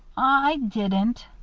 i didn't,